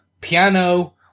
piano